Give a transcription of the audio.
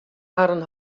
harren